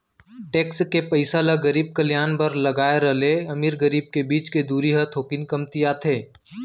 tax के पइसा ल गरीब कल्यान बर लगाए र ले अमीर गरीब के बीच के दूरी ह थोकिन कमतियाथे